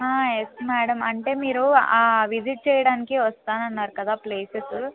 yes madam అంటే మీరు visit చేయడానికి వస్తాను అన్నారు కదా ప్లేసెస్